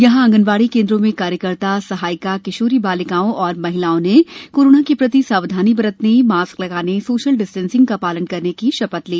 यहां आंगनवाड़ी केंद्रों में कार्यकर्ता सहायिका किशोरी बालिकाओं एवं महिलाओं ने कोरोना के प्रति सावधानी बरतने मास्क लगाने सोशल डिस्टेंस का पालन करने की शपथ ली